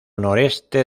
noreste